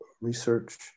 research